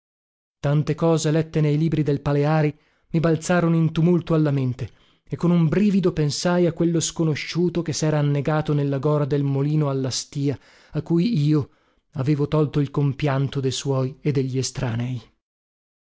tante cose lette nei libri del paleari mi balzarono in tumulto alla mente e con un brivido pensai a quello sconosciuto che sera annegato nella gora del molino alla stìa a cui io avevo tolto il compianto de suoi e degli estranei